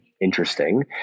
interesting